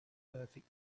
perfect